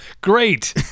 great